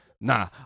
nah